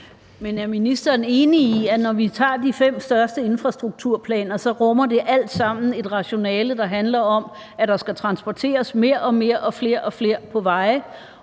Men er ministeren enig i, at når vi tager de fem største infrastrukturplaner, så rummer det alt sammen et rationale, der handler om, at der skal transporteres mere og mere og flere og flere